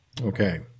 Okay